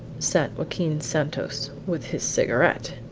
sat joaquin santos with his cigarette!